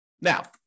Now